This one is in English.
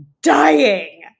dying